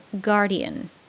guardian